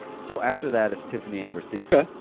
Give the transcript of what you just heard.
so after that is tiffany amber thiesson.